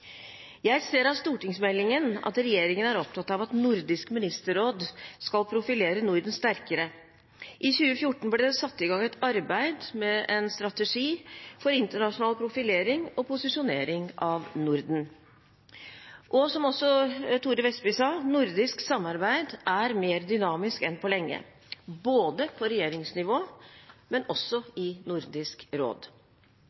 Jeg ser av stortingsmeldingen at regjeringen er opptatt av at Nordisk ministerråd skal profilere Norden sterkere. I 2014 ble det satt i gang et arbeid med en strategi for internasjonal profilering og posisjonering av Norden. Som også Thore Vestby sa: Nordisk samarbeid er mer dynamisk enn på lenge, både på regjeringsnivå og i Nordisk råd.